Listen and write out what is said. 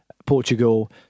Portugal